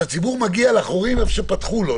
אז הציבור מגיע לחורים איפה שפתחו לו.